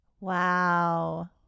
Wow